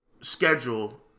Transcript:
schedule